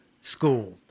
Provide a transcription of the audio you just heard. school